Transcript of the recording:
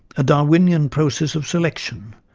a darwinian process of selection,